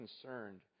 concerned